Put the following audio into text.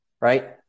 right